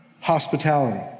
hospitality